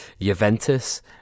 Juventus